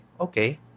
okay